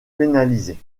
pénalisés